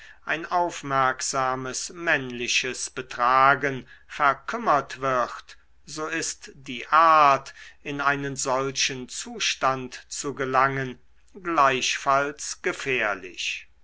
ein aufmerksames männliches betragen verkümmert wird so ist die art in einen solchen zustand zu gelangen gleichfalls gefährlich